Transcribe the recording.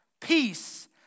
Peace